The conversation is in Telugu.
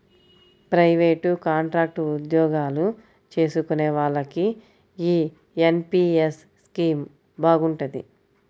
ప్రయివేటు, కాంట్రాక్టు ఉద్యోగాలు చేసుకునే వాళ్లకి యీ ఎన్.పి.యస్ స్కీమ్ బాగుంటది